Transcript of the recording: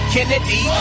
Kennedy